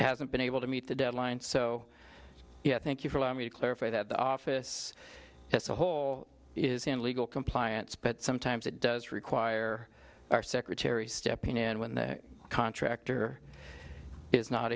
hasn't been able to meet the deadline so yes thank you for allowing me to clarify that the office has a hole is in legal compliance but sometimes it does require our secretary stepping in when the contractor is not